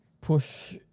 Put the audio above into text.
push